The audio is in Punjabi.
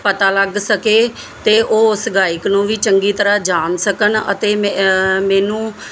ਪਤਾ ਲੱਗ ਸਕੇ ਤੇ ਉਹ ਉਸ ਗਾਇਕ ਨੂੰ ਵੀ ਚੰਗੀ ਤਰ੍ਹਾਂ ਜਾਣ ਸਕਣ ਅਤੇ ਮੈਨੂੰ